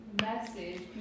message